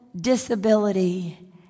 disability